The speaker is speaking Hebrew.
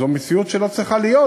זו מציאות שלא צריכה להיות,